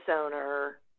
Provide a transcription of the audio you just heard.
owner